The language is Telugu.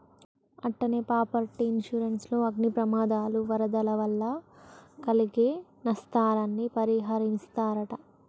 అట్టనే పాపర్టీ ఇన్సురెన్స్ లో అగ్ని ప్రమాదాలు, వరదల వల్ల కలిగే నస్తాలని పరిహారమిస్తరట